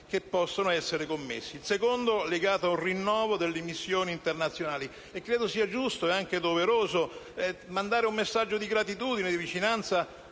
che possono essere commessi; il secondo è legato al rinnovo delle missioni internazionali. Credo sia giusto e doveroso mandare un messaggio di gratitudine e vicinanza